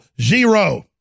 zero